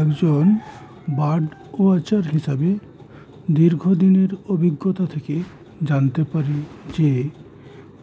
একজন bird watcher হিসাবে দীর্ঘ দিনের অভিজ্ঞতা থেকে জানতে পারি যে